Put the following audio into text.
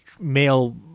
male